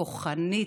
כוחנית,